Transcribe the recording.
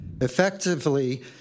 effectively